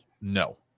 no